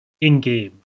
in-game